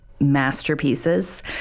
masterpieces